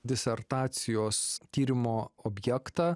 disertacijos tyrimo objektą